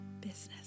business